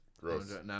Gross